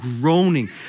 groaning